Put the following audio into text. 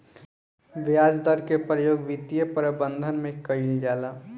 ब्याज दर के प्रयोग वित्तीय प्रबंधन में कईल जाला